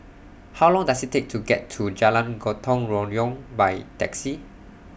How Long Does IT Take to get to Jalan Gotong Royong By Taxi